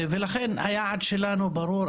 ולכן היעד שלנו ברור,